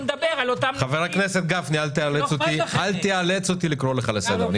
חבר הכנסת גפני, אל תאלץ אותי לקרוא לך לסדר.